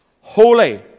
Holy